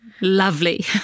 lovely